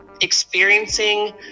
experiencing